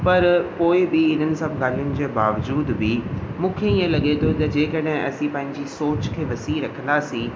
पर कोई बि इन्हनि सभु ॻाल्हियुनि जे बावजूद बि मूंखे ईअं लॻे थो त जेकॾहिं असीं पंहिंजी सोच खे वसीह रखंदासीं